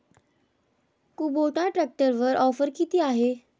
Kubota ट्रॅक्टरवर offer किती आहे?